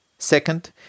Second